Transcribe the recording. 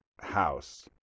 house